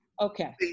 okay